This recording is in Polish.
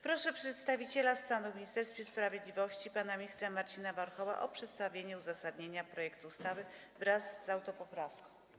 Proszę podsekretarza stanu w Ministerstwie Sprawiedliwości pana ministra Marcina Warchoła o przedstawienie uzasadnienia projektu ustawy wraz z autopoprawką.